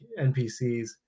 NPCs